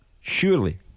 Surely